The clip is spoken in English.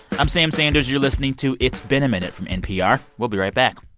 i'm sam sanders. you're listening to it's been a minute from npr. we'll be right back